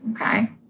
okay